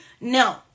no